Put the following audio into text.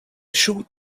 short